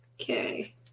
Okay